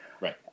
Right